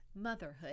motherhood